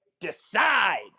decide